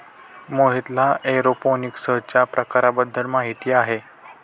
मोहितला एरोपोनिक्सच्या प्रकारांबद्दल माहिती आहे